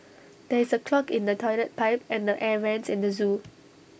there is A clog in the Toilet Pipe and the air Vents in the Zoo